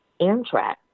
Amtrak